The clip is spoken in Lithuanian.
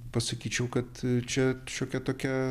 pasakyčiau kad čia šiokia tokia